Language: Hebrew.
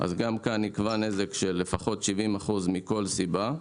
אז גם כאן נקבע נזק של לפחות 70% מכל סיבה.